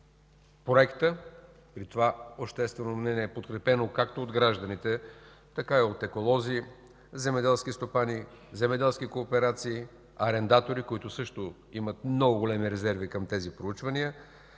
проекта, при това обществено мнение, подкрепено както от гражданите, така и от еколози, земеделски стопани, земеделски кооперации, арендатори, които също имат много големи резерви към тези проучвания,